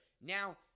now